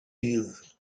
ddydd